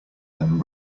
than